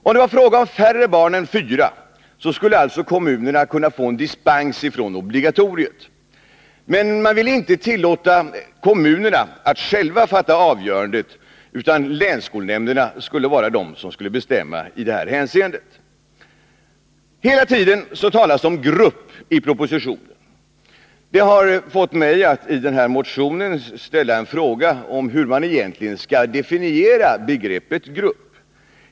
Om det var fråga om färre barn än fyra skulle alltså kommunerna kunna få dispens från obligatoriet. Men man ville inte tillåta kommunerna att själva fatta avgörandet, utan länsskolnämnderna skulle vara de som skulle bestämma i det här hänseendet. Hela tiden talas det om ”grupp” i propositionen. Det har fått mig att i den här motionen ställa en fråga om hur man egentligen skall definiera begreppet ”grupp”.